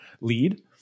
lead